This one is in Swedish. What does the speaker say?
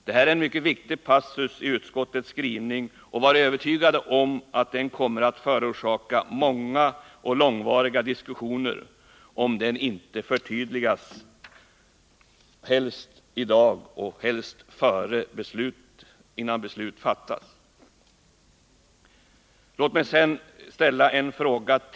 Det här är en mycket viktig passus i utskottets skrivning, och vi kan vara övertygade om att den kommer att förorsaka många och långvariga diskussioner om den inte förtydligas — helst i dag och helst innan beslut fattas.